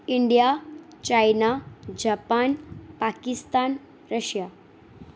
India China Japan Pakistan Russia